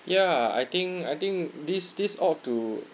ya I think I think this this all uh to